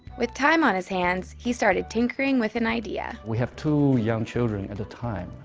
with time on his hands, he started tinkering with an idea. we have two young children at the time,